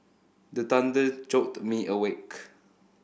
the thunder jolt me awake